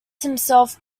himself